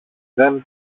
δεν